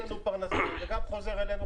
זה נותן לנו פרנסה, וגם חוזר אלינו חזרה.